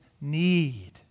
need